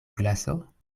glaso